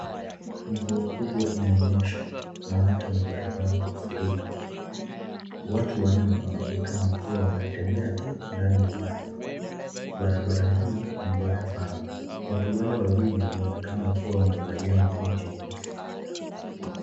Mvua kubwa imenyeaha na ata barabara kufurika, watu wanne wanaonekana wakitembea tu ndani ya maji. Barabara hii ni mbaya sana. Watu wale wawili wanaonekana wakiwa wamevalia mabuti meusi.